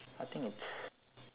I think it's